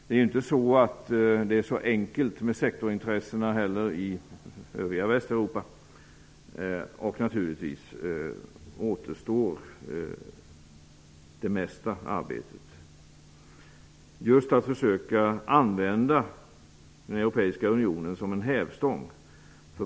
Det är ju inte så enkelt med sektorintressena heller i övriga Västeuropa. Naturligtvis återstår det mesta arbetet. Det gäller just att försöka använda den europeiska unionen som en hävstång.